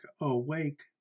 Awake